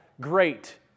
great